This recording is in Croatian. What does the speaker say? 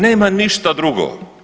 Nema ništa drugo.